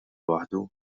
waħdu